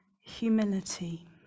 humility